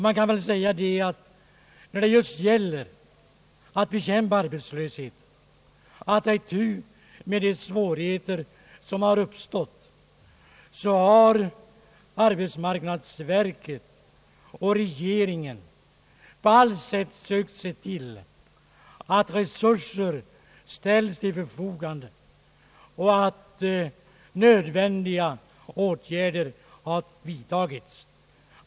När det gäller att bekämpa arbetslösheten och att ta itu med de svårigheter som har uppstått i fråga om sysselsättningen har arbetsmarknadsstyrelsen och regeringen på allt sätt sökt se till att erforderliga resurser ställs till förfogande och att alla nödvändiga åtgärder vidtages.